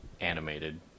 animated